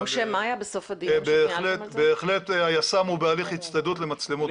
אבל בהחלט היס"מ הוא בהליך הצטיידות למצלמות גוף.